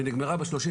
ונגמרה ב-31